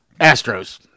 Astros